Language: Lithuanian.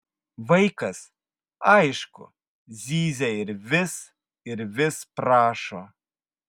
vaikas aišku zyzia ir vis ir vis prašo